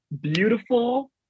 beautiful